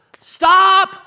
Stop